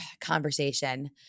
conversation